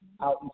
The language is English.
out